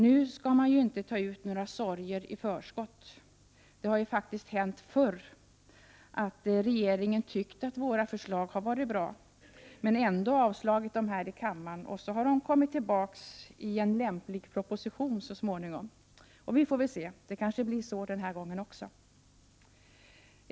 Nu skall man ju inte ta ut några sorger i förskott. Det har faktiskt hänt förr att regeringen tyckt att våra förslag är bra, men ändå avslagit dem här i kammaren. Senare har de kommit tillbaka i en lämplig proposition. Vi får väl se om så blir fallet den här gången också.